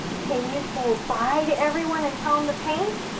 can you say bye to everyone and tell them to paint?